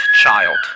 child